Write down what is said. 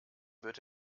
wird